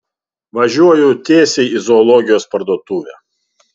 važiuoju tiesiai į zoologijos parduotuvę